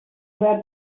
were